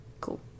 Cool